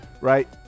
right